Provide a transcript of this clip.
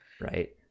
Right